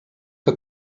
que